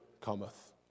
cometh